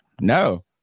No